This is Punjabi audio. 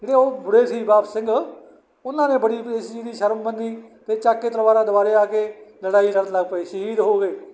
ਜਿਹੜੇ ਉਹ ਮੁੜੇ ਸੀ ਵਾਪਸ ਸਿੰਘ ਉਹਨਾਂ ਨੇ ਬੜੀ ਇਸ ਚੀਜ਼ ਦੀ ਸ਼ਰਮ ਮੰਨੀ ਅਤੇ ਚੱਕ ਕੇ ਤਲਵਾਰਾਂ ਦੁਬਾਰੇ ਆ ਕੇ ਲੜਾਈ ਲੜਨ ਲੱਗ ਪਏ ਸ਼ਹੀਦ ਹੋ ਗਏ